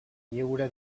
lliure